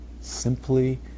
Simply